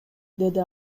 деди